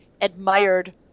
admired